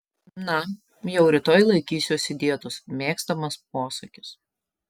na jau rytoj laikysiuosi dietos mėgstamas posakis